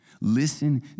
Listen